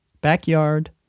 backyard